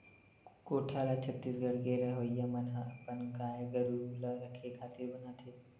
कोठा ल छत्तीसगढ़ के रहवइया मन ह अपन गाय गरु ल रखे खातिर बनाथे